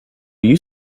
you